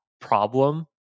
problem